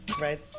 right